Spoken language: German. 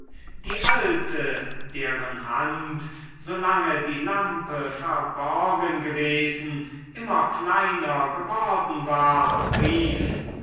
die alte deren hand solange die lampe verborgen gewesen immer kleiner geworden war rief